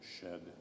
shed